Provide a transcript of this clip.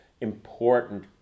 important